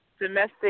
Domestic